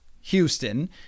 Houston